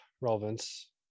relevance